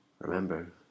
Remember